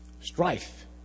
strife